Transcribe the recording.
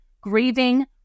grieving